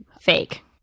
fake